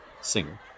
singer